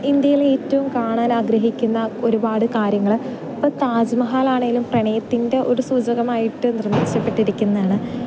ഇന്ത്യയിലെ ഏറ്റവും കാണാനാഗ്രഹിക്കുന്ന ഒരുപാട് കാര്യങ്ങള് അപ്പം താജ്മഹാലാണേലും പ്രണയത്തിൻ്റെ ഒരു സൂചകമായിട്ട് നിർമ്മിക്കപ്പെട്ടിരിക്കുന്നതാണ്